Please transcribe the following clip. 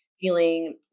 feeling